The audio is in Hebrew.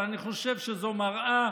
אבל אני חושב שזו מראה